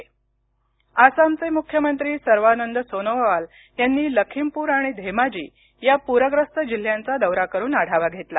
आसाम आसामचे मुख्यमंत्री सर्वानंद सोनोवाल यांनी लखीमपुर आणि धेमाजी या पूरग्रस्त जिल्ह्यांचा दौरा करून आढावा घेतला